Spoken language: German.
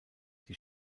die